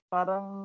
Parang